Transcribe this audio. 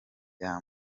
bya